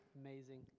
amazing